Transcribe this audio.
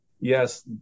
yes